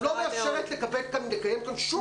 את לא מאפשרת לקיים כאן שום דיון.